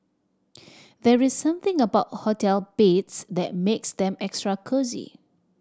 there is something about hotel beds that makes them extra cosy